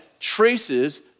traces